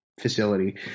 facility